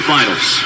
Finals